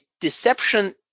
deception